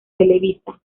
televisa